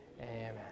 Amen